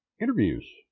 interviews